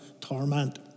torment